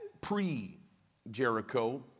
pre-Jericho